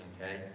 okay